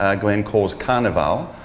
ah glenn calls carnival,